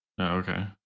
okay